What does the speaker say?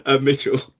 Mitchell